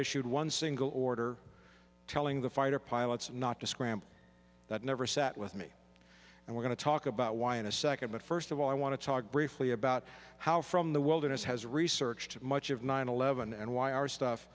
issued one single order telling the fighter pilots not to scramble that never sat with me and we're going to talk about why in a second but first of all i want to talk briefly about how from the wilderness has researched much of nine eleven and why our stuff